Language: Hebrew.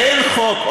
אין חוק,